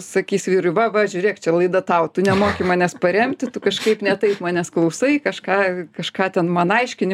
sakys vyrui va va žiūrėk čia laida tau tu nemoki manęs paremti tu kažkaip ne taip manęs klausai kažką kažką ten man aiškini